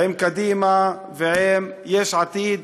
עם כולנו ועם יש עתיד,